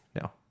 no